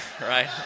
Right